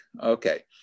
Okay